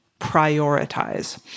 prioritize